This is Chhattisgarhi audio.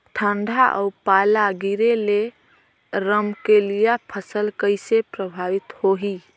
ठंडा अउ पाला गिरे ले रमकलिया फसल कइसे प्रभावित होही?